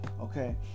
Okay